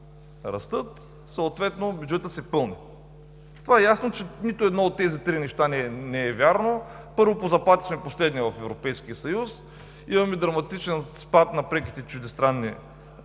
растат, съответно бюджетът се пълни. Ясно е, че нито едно от тези три неща не е вярно. Първо, по заплати сме последни в Европейския съюз. Имаме драматичен спад на преките чуждестранни